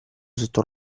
sotto